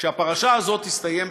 כשהפרשה הזאת תסתיים,